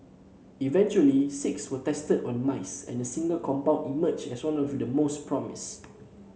eventually six were tested on mice and a single compound emerged as the one with the most promise